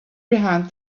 behind